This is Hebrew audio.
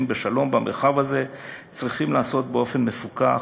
בשלום במרחב הזה צריכה להיעשות באופן מפוקח,